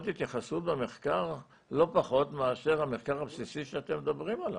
התייחסות במחקר לא פחות מאשר המחקר הבסיסי שאתם מדברים עליו.